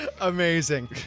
Amazing